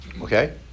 Okay